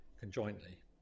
conjointly